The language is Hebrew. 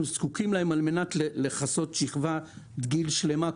זקוקים להם על מנת לכסות שכבת גיל שלמה,